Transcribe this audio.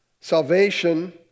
Salvation